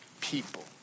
people